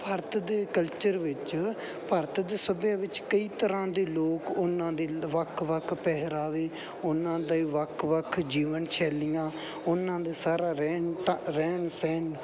ਭਾਰਤ ਦੇ ਕਲਚਰ ਵਿੱਚ ਭਾਰਤ ਦੇ ਸੱਭਿਆ ਵਿੱਚ ਕਈ ਤਰ੍ਹਾਂ ਦੇ ਲੋਕ ਉਹਨਾਂ ਦੇ ਵੱਖ ਵੱਖ ਪਹਿਰਾਵੇ ਉਹਨਾਂ ਦੇ ਵੱਖ ਵੱਖ ਜੀਵਨ ਸ਼ੈਲੀਆਂ ਉਹਨਾਂ ਦੇ ਸਾਰਾ ਰਹਿਣ ਟਾ ਰਹਿਣ ਸਹਿਣ